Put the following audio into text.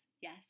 Yes